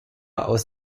aus